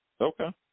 Okay